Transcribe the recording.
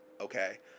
okay